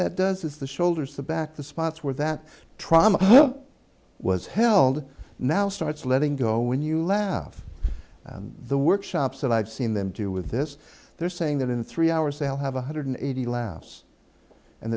that does is the shoulders the back the spots where that trauma was held now starts letting go when you laugh the workshops that i've seen them do with this they're saying that in three hours they'll have one hundred eighty laughs and